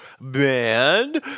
band